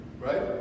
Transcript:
right